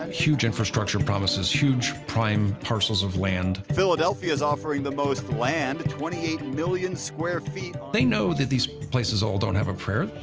huge infrastructure promises, huge prime parcels of land. philadelphia is offering the most land twenty eight million square feet. they know that these places all don't have a prayer.